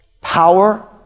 power